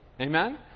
Amen